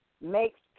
makes